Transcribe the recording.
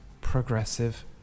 progressive